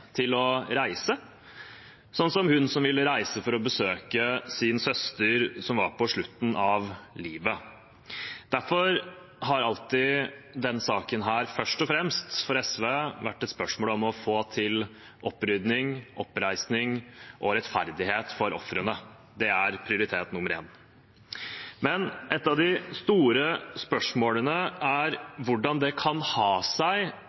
til å reise, slik som hun som ville reise for å besøke sin søster som var på slutten av livet. Derfor har denne saken alltid for SV først og fremst vært et spørsmål om å få til opprydning, oppreisning og rettferdighet for ofrene. Det er prioritet nummer én. Et av de store spørsmålene er hvordan det kan ha seg